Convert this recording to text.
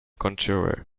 conjurer